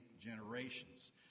generations